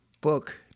book